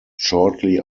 shortly